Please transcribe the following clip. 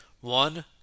One